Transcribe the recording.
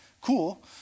Cool